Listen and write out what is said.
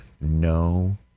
no